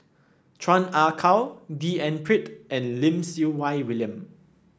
Chan Ah Kow D N Pritt and Lim Siew Wai William